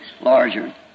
larger